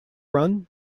run